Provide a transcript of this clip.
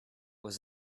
was